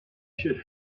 should